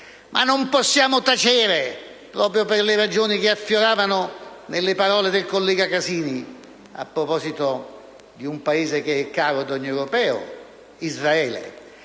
ma non possiamo tacere, proprio per le ragioni che affioravano nelle parole del collega Casini, a proposito di un Paese che è caro ad ogni europeo: Israele.